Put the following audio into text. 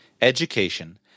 education